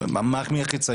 מי הכי צעיר?